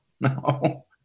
no